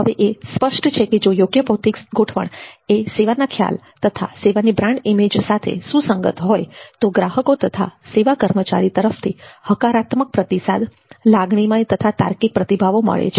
હવે એ સ્પષ્ટ છે કે જો યોગ્ય ભૌતિક ગોઠવણ એ સેવાના ખ્યાલ તથા સેવાની બ્રાન્ડ ઇમેજ સાથે સુસંગત હોય તો ગ્રાહકો તથા સેવા કર્મચારી તરફથી હકારાત્મક પ્રતિસાદ લાગણીમય તથા તાર્કિક પ્રતિભાવો મળે છે